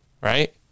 Right